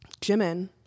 Jimin